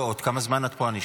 כמה זמן היא תדבר?